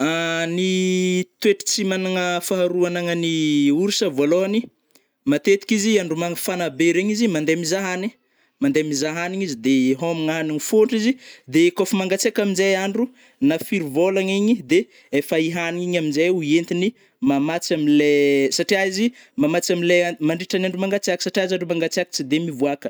Ny toetry tsy managna faharoa anagnan'ny orsa vôlohany, matetiky izy andro mafana be regny izy mande mizaha hanigny, mande mizaha hanigny izy de hômagna hanigny fôndro izy de kô fa mangatsiaka amizay andro na firy vôlagna igny de efa ihanigny amizay entigny mamatsy amile satria izy mamatsy amile mandritry ny andro mangatsiaka satria zareo andro mangatsiaka tsy de mivoaka.